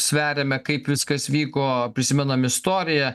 sveriame kaip viskas vyko prisimenam istoriją